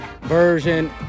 version